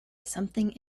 something